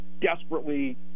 desperately